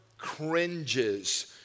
cringes